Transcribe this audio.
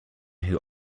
who